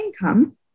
income